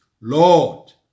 Lord